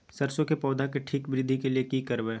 सरसो के पौधा के ठीक वृद्धि के लिये की करबै?